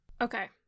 Okay